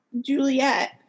Juliet